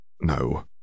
No